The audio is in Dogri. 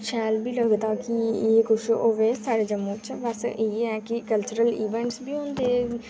शैल बी लगदा का एह् कुछ होऐ साढ़े जम्मू च इ'यै की कल्चरल इवैंट्स बी होंदे कुड़ियां दे